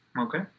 Okay